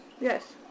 Yes